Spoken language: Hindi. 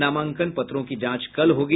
नामांकन पत्रों की जांच कल होगी